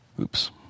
Oops